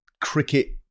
cricket